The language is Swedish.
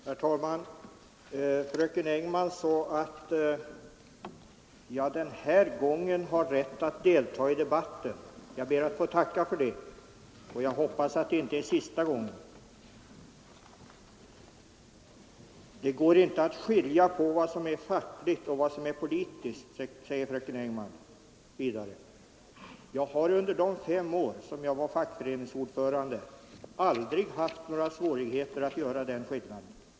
Herr talman! Fröken Engman sade att jag den här gången har rätt att delta i debatten. Jag ber att få tacka för det, och jag hoppas att det inte är sista gången. Fröken Engman påstod att det inte går att skilja på vad som är fackligt och vad som är politiskt. Jag har under de fem år som jag var fack föreningsordförande aldrig haft några svårigheter att göra den skillnaden.